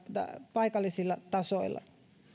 paikallisilla tasoilla